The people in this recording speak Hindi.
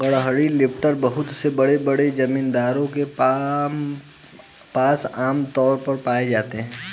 गठरी लिफ्टर बहुत से बड़े बड़े जमींदारों के पास आम तौर पर पाए जाते है